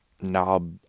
knob